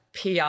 pr